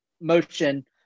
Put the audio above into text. motion